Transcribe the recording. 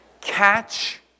catch